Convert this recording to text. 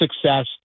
success